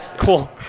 Cool